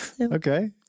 Okay